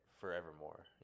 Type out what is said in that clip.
forevermore